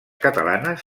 catalanes